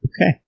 Okay